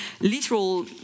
literal